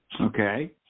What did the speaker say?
Okay